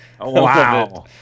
wow